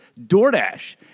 DoorDash